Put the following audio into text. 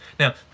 Now